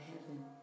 Heaven